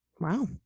Wow